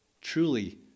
Truly